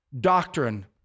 doctrine